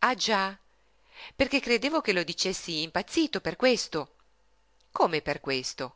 ah già perché credevo che lo dicessi impazzito per questo come per questo